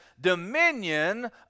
dominion